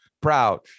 proud